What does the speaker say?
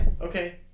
Okay